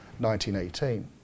1918